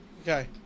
Okay